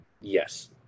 Yes